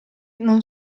non